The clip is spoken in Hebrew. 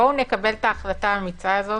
בואו נקבל את ההחלטה האמיצה הזאת.